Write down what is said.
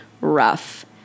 rough